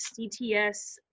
CTS